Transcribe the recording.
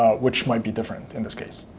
ah which might be different in this case.